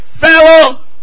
fellow